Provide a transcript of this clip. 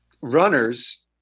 runners